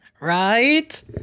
Right